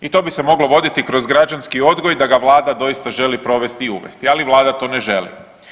I to bi se moglo voditi kroz građanski odgoj da ga vlada doista želi provesti i uvesti, ali vlada to ne želi.